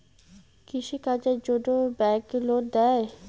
কৃষি কাজের জন্যে ব্যাংক লোন দেয়?